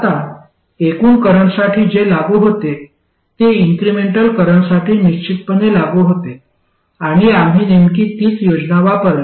आता एकूण करंटसाठी जे लागू होते ते इन्क्रिमेंटल करंटसाठी निश्चितपणे लागू होते आणि आम्ही नेमकी तीच योजना वापरली